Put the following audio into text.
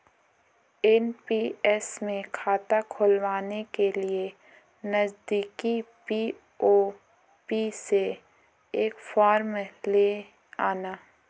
NPS में खाता खुलवाने के लिए नजदीकी पी.ओ.पी से एक फॉर्म ले आना